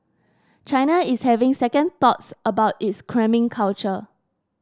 China is having second thoughts about its cramming culture